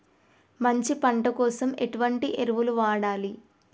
మంచి పంట కోసం ఎటువంటి ఎరువులు వాడాలి?